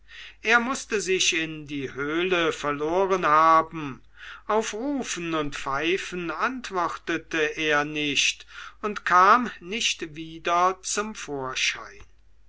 er mußte sich in die höhle verloren haben auf rufen und pfeifen antwortete er nicht und kam nicht wieder zum vorschein